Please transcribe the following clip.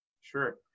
Sure